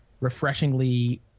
refreshingly